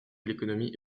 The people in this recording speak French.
l’économie